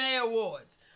Awards